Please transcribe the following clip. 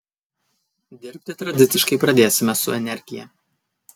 dirbti tradiciškai pradėsime su energija